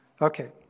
Okay